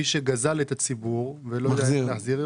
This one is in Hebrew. מי שגזל את הציבור ולא יודע איך להחזיר,